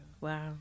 Wow